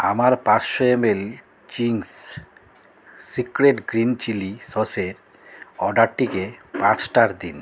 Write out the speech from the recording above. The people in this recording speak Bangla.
আমার পাঁচশো M L Ching's secret green chilli সসের অডারটিকে পাঁচ স্টার দিন